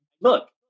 look